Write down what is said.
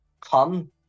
come